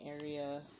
area